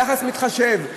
יחס מתחשב?